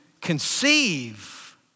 conceive